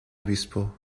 obispo